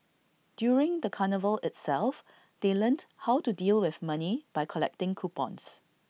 during the carnival itself they learnt how to deal with money by collecting coupons